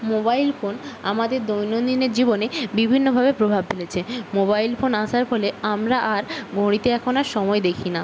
mobile phone আমাদের দৈনন্দিনের জীবনে বিভিন্নভাবে প্রভাব ফেলেছে মোবাইল ফোন আসার ফলে আমরা আর ঘড়িতে এখন আর সময় দেখি না